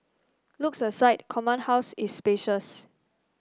looks aside Command House is spacious